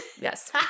Yes